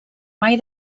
mai